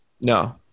No